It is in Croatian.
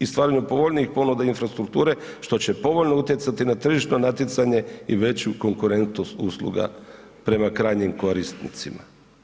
i stvaranju povoljnije ponude infrastrukture što će povoljno utjecati na tržišno natjecanje i veću konkurentnost usluga prema krajnjim korisnicima.